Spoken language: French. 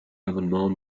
l’amendement